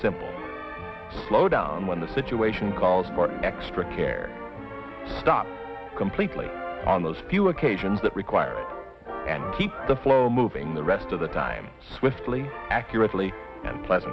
simple slow down when the situation calls for extra care stop completely on those few occasions that require and keep the flow moving the rest of the time swiftly accurately and pl